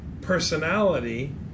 personality